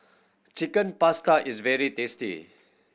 Chicken Pasta is very tasty